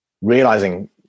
realizing